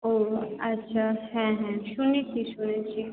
ও আচ্ছা হ্যাঁ হ্যাঁ শুনেছি শুনেছি